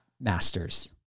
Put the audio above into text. masters